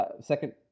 second